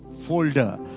folder